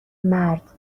مرد